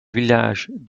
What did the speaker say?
village